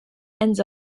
ends